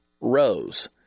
rose